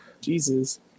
Jesus